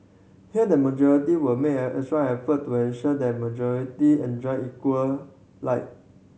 here the majority will make extra effort to ensure that minority enjoy equal light